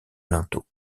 linteau